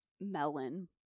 melon